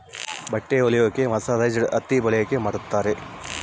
ಬಟ್ಟೆ ಹೊಲಿಯಕ್ಕೆ ಮರ್ಸರೈಸ್ಡ್ ಹತ್ತಿ ಬಳಕೆ ಮಾಡುತ್ತಾರೆ